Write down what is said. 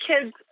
kids